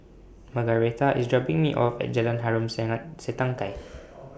Margaretha IS dropping Me off At Jalan Harom Setangkai